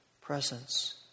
presence